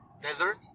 desert